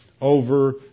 over